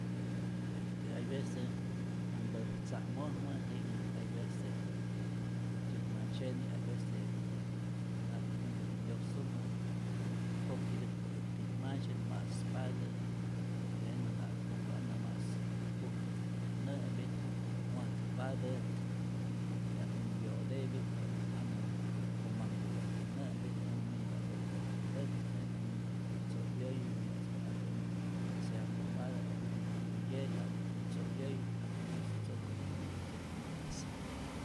Este hay vece manhpatät tza'mojmä, jinhä hay vece äjtyät manhtzye'ni hay vece ja'ku nantä yosumä pokyätäkpa äjtyän ma'ntzye't ma'spatät, jenä ja'ku jana mas pujtu äjtyä nä'pit watpatät jetä algun yo'tepi'k ja'ku jana komahpä äjtyä nä'pit, jenä minpa'ntetä äjtyä ntäkmä, jenä mität ntzo'yäyi, me'tzpatä algun sea pomada, algun tiyä yerba ja'kutyät ntzo'yäyu, ja'ku musu tzokä äjtyät ma'si.